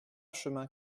chemin